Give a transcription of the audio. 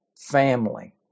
family